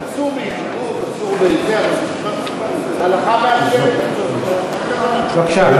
אסור ביחידות, אבל ההלכה, בבקשה.